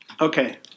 okay